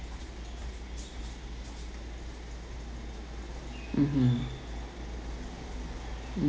mmhmm